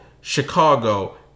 Chicago